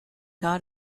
not